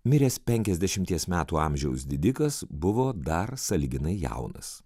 miręs penkiasdešimties metų amžiaus didikas buvo dar sąlyginai jaunas